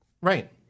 Right